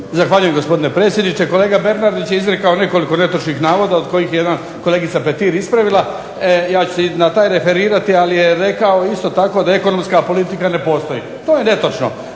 Zahvaljujem gospodine predsjedniče. Kolega Bernardić je izrekao nekoliko netočnih navoda, od kojih je jedan kolegica Petir ispravila. Ja ću se i na taj referirati, ali je rekao isto tako da ekonomska politika ne postoji. To je netočno.